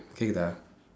கேட்குதா:keetkuthaa